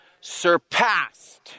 surpassed